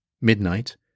midnight